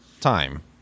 time